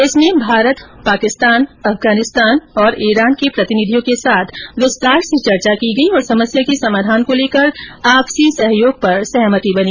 इसमें भारत पाकिस्तान अफगानिस्तार और ईरान के प्रतिनिधियों के साथ विस्तार से चर्चा की गई और समस्या के समाधान को लेकर आपसी सहयोग पर सहमति बनी